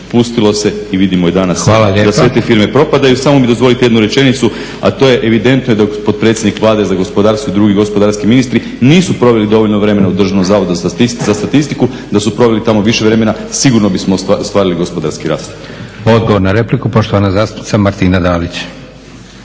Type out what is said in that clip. **Milošević, Domagoj Ivan (HDZ)** Samo mi dozvolite jednu rečenicu, a to je, evidentno je da potpredsjednik Vlade za gospodarstvo i drugi gospodarski ministri nisu proveli dovoljno vremena u Državnom zavodu za statistiku. Da su proveli tamo više vremena sigurno bismo ostvarili gospodarski rast. **Leko, Josip (SDP)** Odgovor na repliku poštovana zastupnica Martina Dalić.